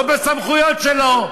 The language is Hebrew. לא בסמכויות שלו,